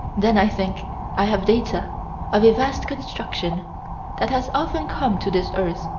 then i think i have data of a vast construction that has often come to this earth,